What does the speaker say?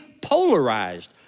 polarized